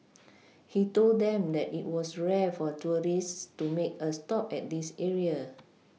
he told them that it was rare for tourists to make a stop at this area